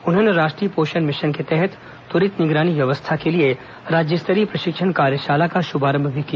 उन्होंने राष्ट्रीय पोषण मिशन के तहत त्वरित निगरानी व्यवस्था के लिए राज्य स्तरीय प्रशिक्षण कार्यशाला का शुभारंभ भी किया